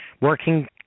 Working